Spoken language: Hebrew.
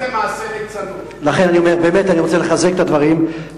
אני באמת רוצה לחזק את הדברים,